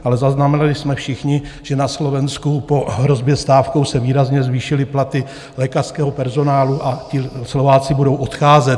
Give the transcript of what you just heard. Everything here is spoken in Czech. Ale zaznamenali jsme všichni, že na Slovensku po hrozbě stávkou se výrazně zvýšily platy lékařského personálu a Slováci budou odcházet.